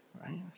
right